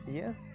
yes